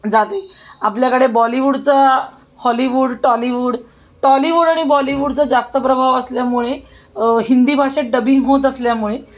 जाते आपल्याकडे बॉलिवूडचा हॉलीवूड टॉलिवूड टॉलिवूड आणि बॉलिवूडचा जास्त प्रभाव असल्यामुळे हिंदी भाषा डबिंग होत असल्यामुळे